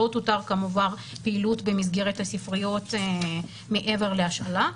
לא תותר כמובן פעילות במסגרת הספריות מעבר להשאלה,